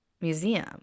museum